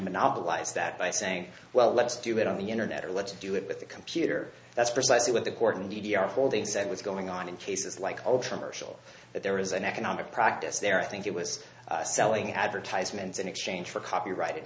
monopolize that by saying well let's do it on the internet or let's do it with a computer that's precisely what the court and d d r holding said was going on in cases like hershel that there was an economic practice there i think it was selling advertisements in exchange for copyrighted